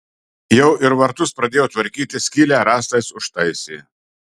jau ir vartus pradėjo tvarkyti skylę rąstais užtaisė